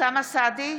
אוסאמה סעדי,